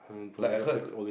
like I heard